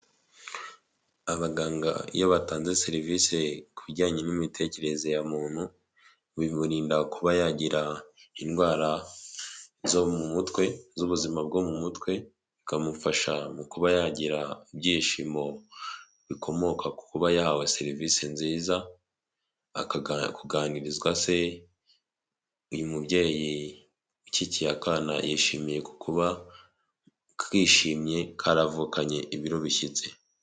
Abaganga iyo batanze serivisi ku bijyanye n'imitekerereze ya muntu, bimurindada kuba yagira indwara zo mu mutwe z'ubuzima bwo mu mutwe, ikamufasha mu kuba yagira ibyishimo bikomoka ku kuba yahawe serivisi nziza kuganirizwa se, uyu mubyeyi ukikiye akana yishimiye ku kuba kishimye karavukanye ibiro bishyitse.